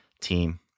team